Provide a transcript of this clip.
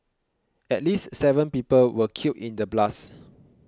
at least seven people were killed in the blasts